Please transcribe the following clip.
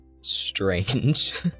strange